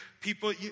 people